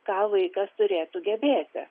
ką vaikas turėtų gebėti